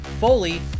Foley